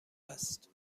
است